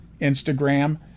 Instagram